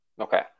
Okay